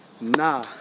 Nah